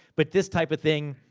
but this type of thing,